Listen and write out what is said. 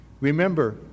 Remember